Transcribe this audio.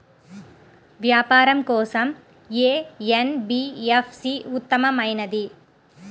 వ్యాపారం కోసం ఏ ఎన్.బీ.ఎఫ్.సి ఉత్తమమైనది?